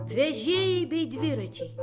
vežėjai bei dviračiai